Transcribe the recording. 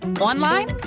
online